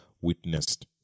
witnessed